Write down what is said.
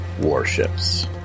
warships